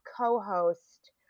co-host